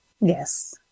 Yes